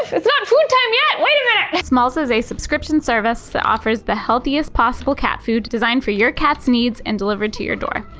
it's not food time yet. wait a minute. smalls is a subscription service that offers the healthiest possible cat food designed for your cat's needs and delivered to your door.